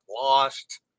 lost